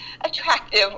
attractive